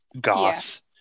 goth